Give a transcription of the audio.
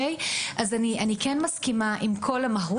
אני כן מסכימה עם כל המהות.